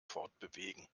fortbewegen